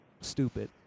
stupid